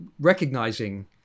recognizing